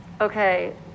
Okay